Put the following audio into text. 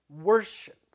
worship